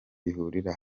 bihurira